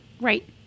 Right